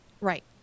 Right